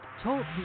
talk